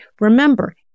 Remember